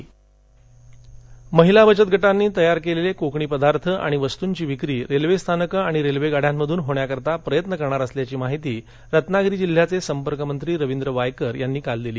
महिला बचत गट रत्नागिरी महिला बचत गटांनी तयार केलेले कोकणी पदार्थ आणि वस्तूंची विक्री रेल्वेस्थानकं आणि रेल्वेगाड्यांमधून होण्याकरिता प्रयत्न करणार असल्याधी माहिती रत्नागिरी जिल्ह्याचे संपर्कमंत्री रवींद्र वायकर यांनी काल दिली